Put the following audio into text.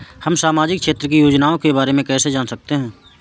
हम सामाजिक क्षेत्र की योजनाओं के बारे में कैसे जान सकते हैं?